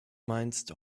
meinst